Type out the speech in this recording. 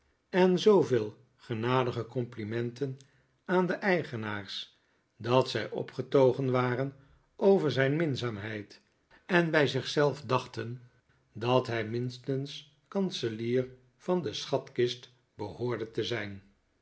en zooveel genadige complimenten aan de eigenaars dat zij opgetogen waren over zijn minzaamheid en bij zich zelf dachten dat hij minstens kanselier van de schatkist behoorde te zijn